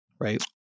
right